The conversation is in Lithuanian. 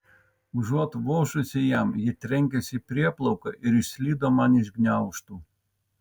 užuot vožusi jam ji trenkėsi į prieplauką ir išslydo man iš gniaužtų